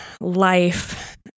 life